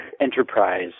enterprise